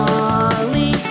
Molly